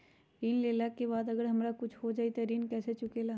ऋण लेला के बाद अगर हमरा कुछ हो जाइ त ऋण कैसे चुकेला?